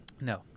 No